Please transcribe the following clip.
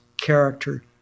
character